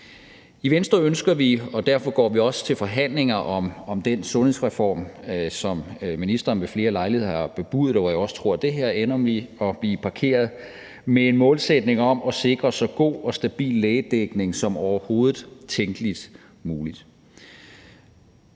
I Venstre har vi – derfor går vi også til forhandlinger om den sundhedsreform, som ministeren ved flere lejligheder har bebudet, og hvor jeg også tror det her ender med at blive parkeret – med en målsætning om at sikre så god og stabil lægedækning som overhovedet tænkeligt muligt.